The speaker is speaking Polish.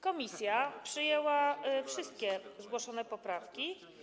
Komisja przyjęła wszystkie zgłoszone poprawki.